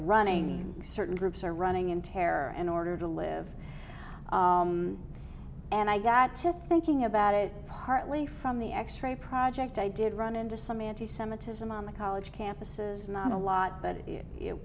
running certain groups or running in terror and order to live and i got to thinking about it partly from the x ray project i did run into some anti semitism on the college campuses not a lot but it